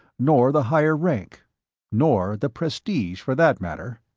nor the higher rank nor the prestige, for that matter.